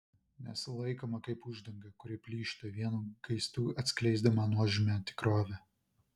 nesulaikoma kaip uždanga kuri plyšta vienu gaistu atskleisdama nuožmią tikrovę